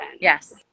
yes